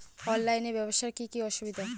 অনলাইনে ব্যবসার কি কি অসুবিধা?